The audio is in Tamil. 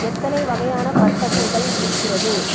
எத்தனை வகையான பற்பசைகள் இருக்கிறது